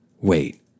Wait